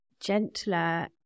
gentler